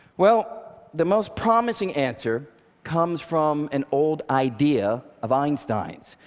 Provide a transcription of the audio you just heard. well the most promising answer comes from an old idea of einstein's.